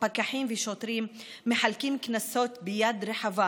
פקחים ושוטרים מחלקים קנסות ביד רחבה